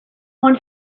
one